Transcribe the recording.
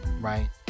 Right